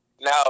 Now